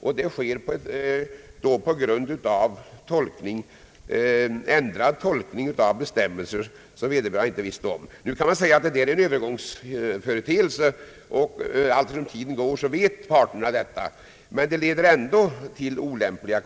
Och detta sker på grund av en ändrad tolkning av bestämmelserna, en ändring som vederbörande inte visste om. Nu kan man säga att detta är en övergångsföreteelse och att parterna allteftersom tiden går får kännedom om detta förhållande. Konsekvenserna blir ändå orimliga.